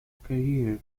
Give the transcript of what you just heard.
career